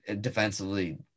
defensively